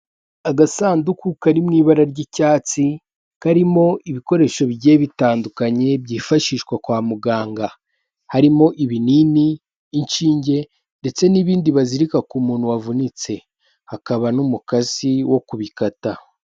Agasanduku kari mu ibara ry'icyatsi karimo ibikoresho bigiye bitandukanye, byifashishwa kwa muganga harimo ibinini, inshinge, ndetse n'ibindi bazirika ku muntu wavunitse, hakaba n'umukasi wo kubi bikata.